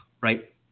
right